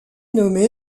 nommé